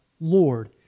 Lord